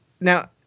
now